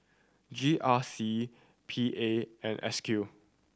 G R C P A and S Q